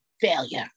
failure